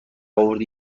آوردی